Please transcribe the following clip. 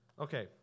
Okay